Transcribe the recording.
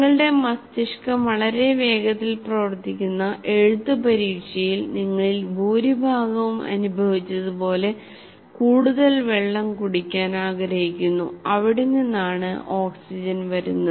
നിങ്ങളുടെ മസ്തിഷ്കം വളരെ വേഗത്തിൽ പ്രവർത്തിക്കുന്ന എഴുത്തു പരീക്ഷയിൽ നിങ്ങളിൽ ഭൂരിഭാഗവും അനുഭവിച്ചതുപോലെ കൂടുതൽ വെള്ളം കുടിക്കാൻ ആഗ്രഹിക്കുന്നു അവിടെ നിന്നാണ് ഓക്സിജൻ വരുന്നത്